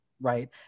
Right